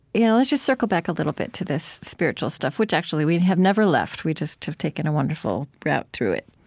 yeah let's just circle back a little bit to this spiritual stuff, which actually, we have never left. we just have taken a wonderful route through it.